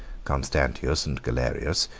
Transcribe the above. constantius and galerius,